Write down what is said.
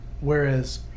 whereas